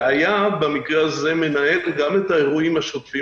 הוא היה במקרה הזה מנהל גם את האירועים השוטפים